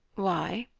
why?